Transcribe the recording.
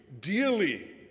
dearly